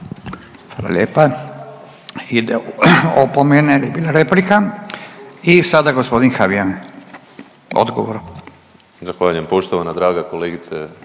Hvala